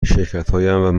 شرکتهایمان